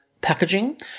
packaging